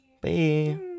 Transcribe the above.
bye